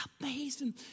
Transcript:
amazing